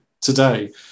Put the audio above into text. today